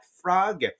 Frog